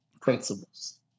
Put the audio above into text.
principles